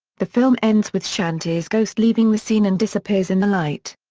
the film ends with shanti's ghost leaving the scene and disappears in the light.